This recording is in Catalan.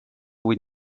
vuit